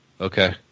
Okay